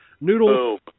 Noodle